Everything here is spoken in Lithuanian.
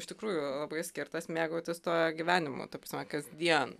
iš tikrųjų labai skirtas mėgautis tuo gyvenimu ta prasme kasdien